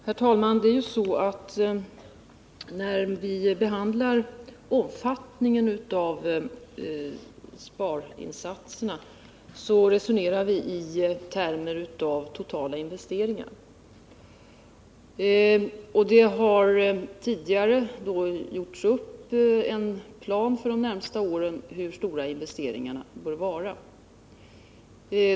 Herr talman! När vi behandlar omfattningen av sparinsatserna resonerar vi om totala investeringar, och det har tidigare för de närmaste åren gjorts upp en plan för hur stora investeringarna bör vara.